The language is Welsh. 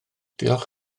diolch